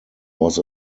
was